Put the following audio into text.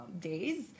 days